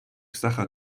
sacher